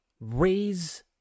Raise